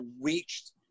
reached